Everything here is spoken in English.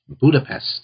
Budapest